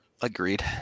agreed